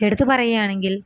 എടുത്ത് പറയാണെങ്കിൽ